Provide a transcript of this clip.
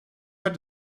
had